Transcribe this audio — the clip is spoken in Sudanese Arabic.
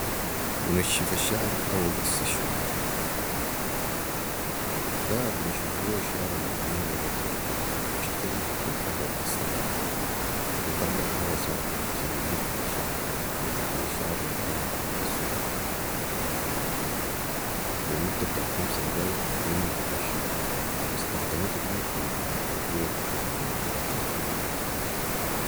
منشف الشعر او الاستشوار ده بنشفو بيهو الشعر المبلول والرطب بشتغل بي الكهرباء اصلا وبطلع هواء سخن عشان يجفف الشعر بي تعريض الشعر لي الهواء السخن لي مده بتاعت خمسه دقايق بكون نشف بستخدمو كتير في محلات الكوفيرات ومحلات الحلاقه